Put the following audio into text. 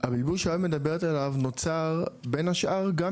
הבלבול שאת מדברת עליו נוצר בין השאר גם